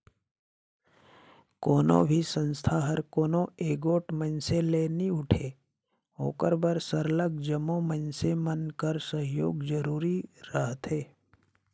कोनो भी संस्था हर कोनो एगोट मइनसे ले नी उठे ओकर बर सरलग जम्मो मइनसे मन कर सहयोग जरूरी रहथे